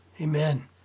Amen